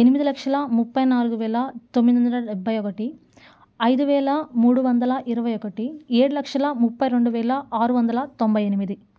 ఎనిమిది లక్షల ముప్పై నాలుగు వేల తొమ్మిది వందల డెబ్బై ఒకటి ఐదు వేల మూడు వందల ఇరవై ఒకటి ఏడు లక్షల ముప్పై రెండు వేల ఆరు వందల తొంభై ఎనిమిది